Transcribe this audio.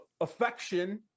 Affection